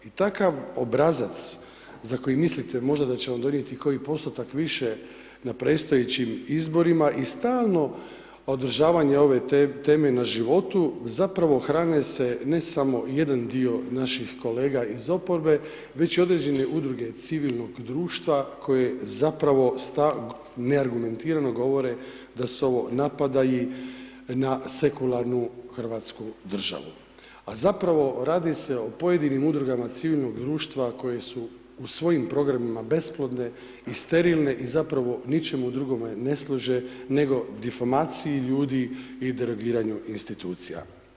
I takav obrazac za koji mislite možda da će vam donijeti koji postotak više na predstojećim izborima i stalno održavanje ove teme na životu, zapravo hrane se ne samo jedan dio naših kolega iz oporbe, već i određene udruge civilnog društva koje zapravo stalno neargumentirano govore da su ovo napadaji na sekularnu hrvatsku državu, a zapravo radi se o pojedinim udrugama civilnog društva koje su svojim programima besplodne i sterilne i zapravo ničim drugome ne služi nego difamaciji ljudi i derogiranju institucija.